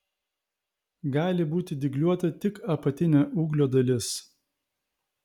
gali būti dygliuota tik apatinė ūglio dalis